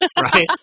right